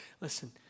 Listen